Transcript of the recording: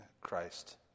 Christ